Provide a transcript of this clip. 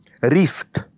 rift